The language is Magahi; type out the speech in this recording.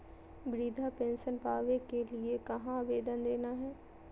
वृद्धा पेंसन पावे के लिए कहा आवेदन देना है?